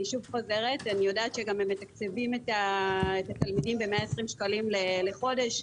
אני יודעת שהם מתקצבים את התלמידים ב-120 שקלים לחודש,